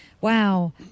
wow